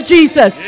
Jesus